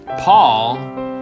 Paul